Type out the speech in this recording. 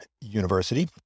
University